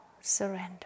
surrender